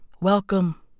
Welcome